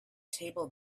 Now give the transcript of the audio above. table